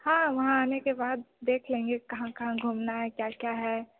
हाँ वहाँ आने के बाद देख लेंगे कहाँ कहाँ घूमना है क्या क्या है